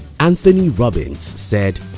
anthony robbins said,